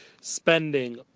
spending